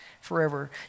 forever